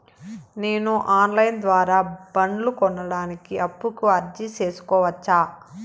నేను online ద్వారా బండ్లు కొనడానికి అప్పుకి అర్జీ సేసుకోవచ్చా?